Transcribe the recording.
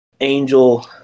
angel